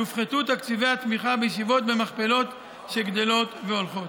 יופחתו תקציבי התמיכה בישיבות במכפלות שגדלות והולכות.